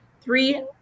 three